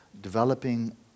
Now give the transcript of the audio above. developing